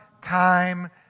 time